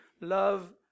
Love